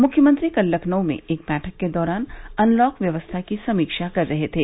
मुख्यमंत्री कल लखनऊ में एक बैठक के दौरान अनलॉक व्यवस्था की समीक्षा कर रहे थे